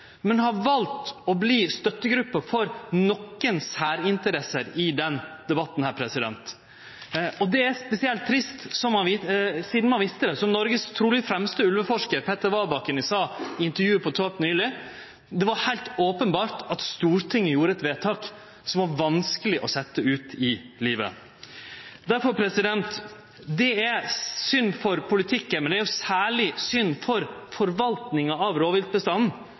men har valt å verte støttegruppe for nokre særinteresser i denne debatten, og det er spesielt trist sidan ein visste det. Som Noregs truleg fremste ulveforskar, Petter Wabakken, sa i eit intervju på Torp nyleg: Det var heilt openbert at Stortinget gjorde eit vedtak som det var vanskeleg å setje ut i livet. Det er synd for politikken, men det er særleg synd for forvaltninga av